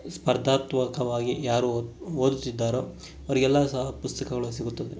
ಸ್ಪರ್ಧಾತ್ಮಕವಾಗಿ ಯಾರು ಓದುತ್ತಿದ್ದಾರೋ ಅವರಿಗೆಲ್ಲ ಸಹ ಪುಸ್ತಕಗಳು ಸಿಗುತ್ತದೆ